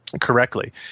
correctly